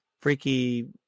Freaky